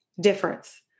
difference